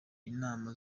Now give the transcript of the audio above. inama